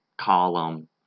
column